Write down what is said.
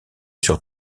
sur